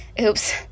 Oops